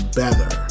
better